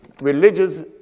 religious